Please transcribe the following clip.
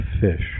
fish